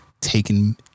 Taken